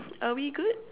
are we good